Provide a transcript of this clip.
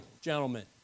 gentlemen